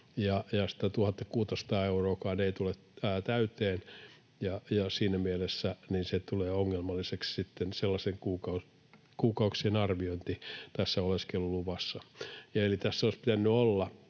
ja se 1 600 euroakaan ei tule täyteen, ja siinä mielessä tulee ongelmalliseksi sitten sellaisten kuukausien arviointi tässä oleskeluluvassa. Eli tässä olisi pitänyt olla